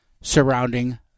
surrounding